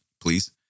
please